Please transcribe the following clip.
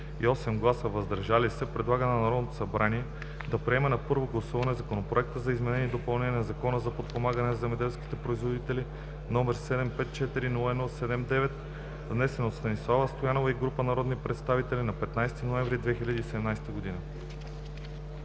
и 8 гласа „въздържали се“ предлага на Народното събрание да приеме на първо гласуване Законопроект за изменение и допълнение на Закона за подпомагане на земеделските производители, № 754-01-79, внесен от народния представител Станислава Стоянова и група народни представители на 15 ноември 2017 г.“